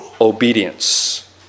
obedience